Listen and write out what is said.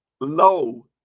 low